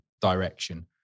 direction